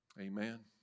Amen